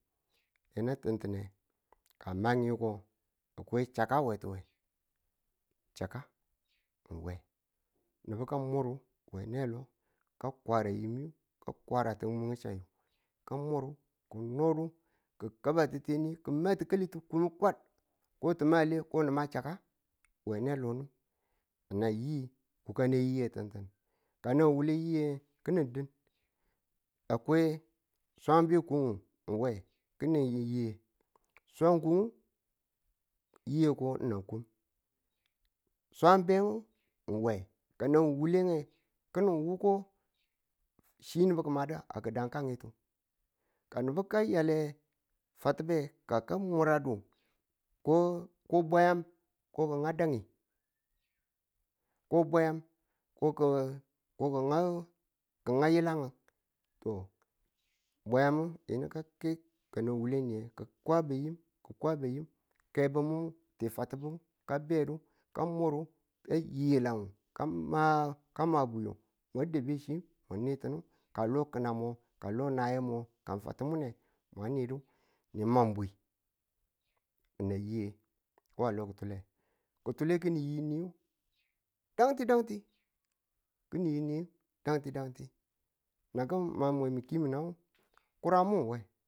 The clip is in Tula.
yinu ti̱ntine ka ng ma yiko a kwai chak we tuwe nubu chaka we nubu ka muru we ne lo ka kwara yimuyu ka kwara ti muchammu ka muru ki̱ nodu ki̱ kabati teniyu ki̱ ma ti̱kalitu kumu kwad ko ti ma wule ko ni̱ma chakka we nelon nan yi wukane yiye tintin ka nan wule yiye ki̱ni din. Akwai swang bekumo ng we ki̱ni yiye swangku yiye ko na kum swang beng we, kano wule nge, ki̱nin wuko chi nubu ki̱madu a ki̱dangeyitu ka nubu ka yale fatube ka ka muradu ko bwaya ko ki̱ngadani ko bwayam ko ki̱ nga yi̱lang to bwayamu yini ka ke kanan wule niye ki̱kwa bayim kebumun ng ti fatimun ka bedu ka muru ka yiyilang ka lo ki̱na mo ka lo. nayemo ka fatumun nge mwa nidu nima bwi na yiye wa lo ki̱tule nu. Ki̱tule ki̱nin yiniyu dangtidangti ki̱nin yiniyu dangtidangti nanki̱n ma mwe miki mun nan kurangmu we